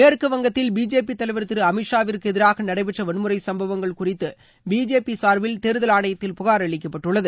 மேற்குவங்கத்தில் பிஜேபி தலைவா் திரு அமித்ஷாவிற்கு எதிராக நடைபெற்ற வன்முறை சும்பங்கள் குறித்து பிஜேபி சார்பில் தேர்தல் ஆணையத்தில் புகார் அளிக்கப்பட்டுள்ளது